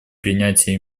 принятие